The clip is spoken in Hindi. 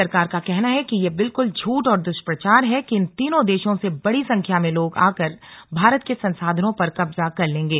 सरकार का कहना है कि ये बिलकुल झूठ और दुष्प्राचार है कि इन तीनों देशों से बड़ी संख्या में लोग आकर भारत के संसाधनों पर कब्जा कर लेंगे